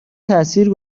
تأثیر